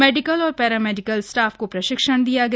medical और paramedical staff को प्रशिक्षण दिया गया